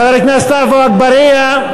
חבר הכנסת עפו אגבאריה.